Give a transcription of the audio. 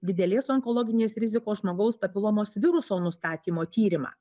didelės onkologinės rizikos žmogaus papilomos viruso nustatymo tyrimą